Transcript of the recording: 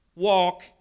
Walk